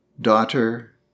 Daughter